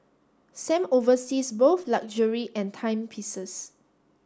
Sam oversees both luxury and timepieces